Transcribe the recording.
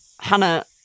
hannah